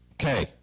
Okay